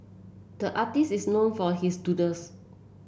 the artist is known for his doodles